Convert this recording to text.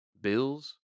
Bills